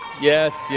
yes